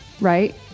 right